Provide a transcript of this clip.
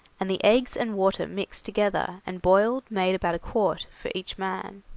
and the eggs and water mixed together and boiled made about a quart for each man.